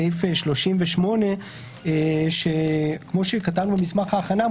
סעיף 38. כפי שכתבנו במסמך ההכנה,